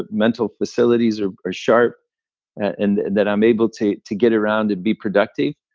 mental facilities are are sharp and that and that i'm able to to get around and be productive,